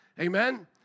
Amen